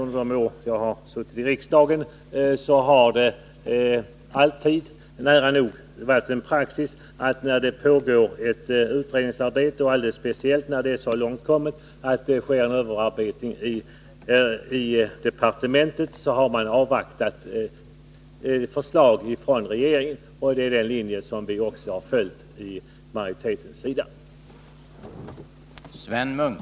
Under de år som jag suttit i riksdagen har det nära nog alltid varit praxis att man när det har pågått ett utredningsarbete — speciellt när det är så långt kommet att det sker en överarbetning i departementet — har avvaktat förslag från regeringen. Det är den linjen vi från majoritetens sida har följt.